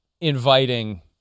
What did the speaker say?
inviting